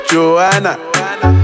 Joanna